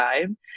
time